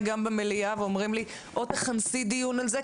גם במליאה ואומרים לי או תכנסי דיון על זה,